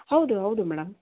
ಹೌದು ಹೌದು ಮೇಡಮ್